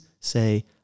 say